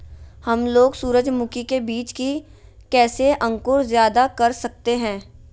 हमलोग सूरजमुखी के बिज की कैसे अंकुर जायदा कर सकते हैं?